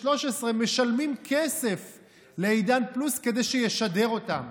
13 משלמים כסף כדי שישדר אותם.